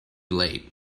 late